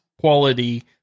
quality